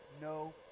no